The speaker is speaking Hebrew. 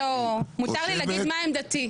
מותר לי להגיד מה עמדתי.